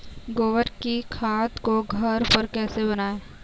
गोबर की खाद को घर पर कैसे बनाएँ?